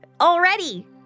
already